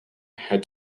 had